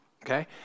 Okay